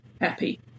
happy